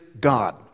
God